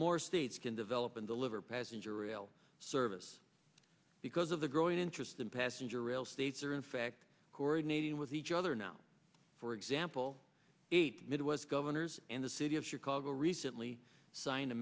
more states can develop and deliver passenger rail service because of the growing interest in passenger rail states are in fact coordinating with each other now for example eight midwest governors and the city of chicago